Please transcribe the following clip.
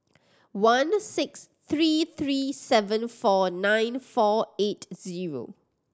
one six three three seven four nine four eight zero